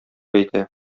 әйтә